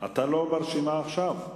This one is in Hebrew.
לא ברשימה עכשיו.